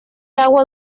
agua